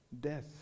Death